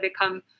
become